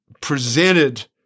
presented